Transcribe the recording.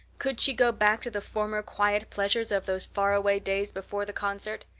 could she go back to the former quiet pleasures of those faraway days before the concert?